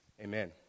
amen